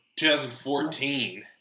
2014